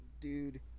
Dude